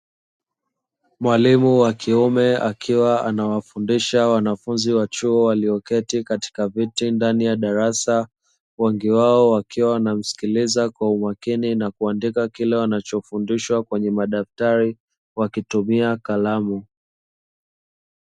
Mwalimu wa kiume akiwa anawafundisha wanafunzi wa chuo walioketi katika viti ndani ya darasa, wengi wao wakiwa wanamsikiliza kwa makini na kuwaeleza kila anachofundishwa kwenye madaftari wakitumia kalamu.